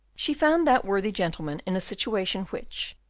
she found that worthy gentleman in a situation which,